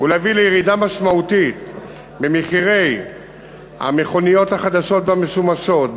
ולהביא לירידה משמעותית במחירי המכוניות החדשות והמשומשות,